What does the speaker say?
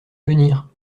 venir